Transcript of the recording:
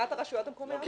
מבחינת הרשויות המקומיות?